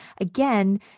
Again